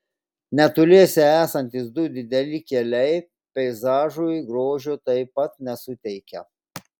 netoliese esantys du dideli keliai peizažui grožio taip pat nesuteikia